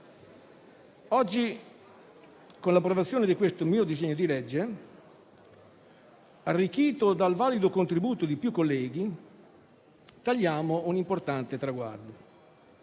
oggi, con l'approvazione di questo disegno di legge a mia prima firma, arricchito dal valido contributo di più colleghi, tagliamo un importante traguardo,